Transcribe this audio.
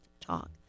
talk